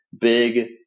Big